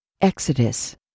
Exodus